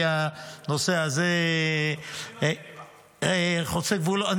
כי הנושא הזה חוצה גבולות.